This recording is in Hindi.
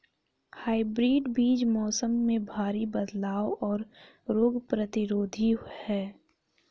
हाइब्रिड बीज मौसम में भारी बदलाव और रोग प्रतिरोधी हैं